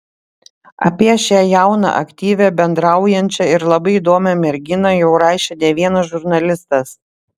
apie šią jauną aktyvią bendraujančią ir labai įdomią merginą jau rašė ne vienas žurnalistas